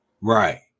Right